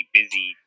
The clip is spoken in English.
busy